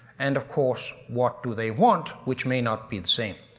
and of course what do they want which may not be the same.